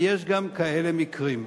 ויש גם כאלה מקרים,